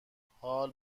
حال